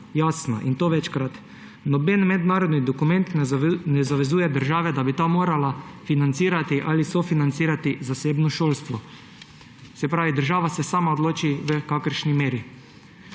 jasna, in to večkrat. Noben mednarodni dokument ne zavezuje države, da bi ta morala financirati ali sofinancirati zasebno šolstvo. Se pravi, država se sama odloči, v kakšni meri.